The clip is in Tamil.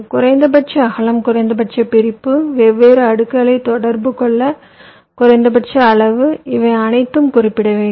குறைந்தபட்ச அகலம் குறைந்தபட்ச பிரிப்பு வெவ்வேறு அடுக்குகளை தொடர்பு கொள்ள குறைந்தபட்ச அளவு இவை அனைத்தும் குறிப்பிடப்பட வேண்டும்